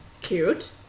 Cute